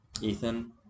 Ethan